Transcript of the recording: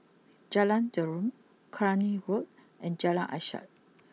Jalan Derum Cluny Road and Jalan Ishak